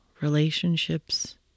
relationships